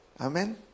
Amen